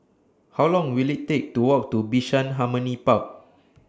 How Long Will IT Take to Walk to Bishan Harmony Park